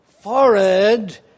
forehead